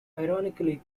ironically